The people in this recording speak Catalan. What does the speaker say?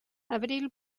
abril